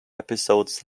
episodes